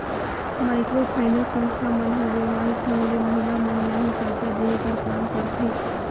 micro finance संस्था मन हर बेवहारिक ढंग ले महिला मन ल ही करजा देहे कर काम करथे